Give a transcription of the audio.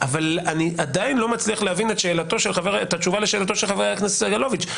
אבל אני עדיין לא מצליח להבין את התשובה לשאלתו של חבר הכנסת סגלוביץ'.